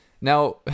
Now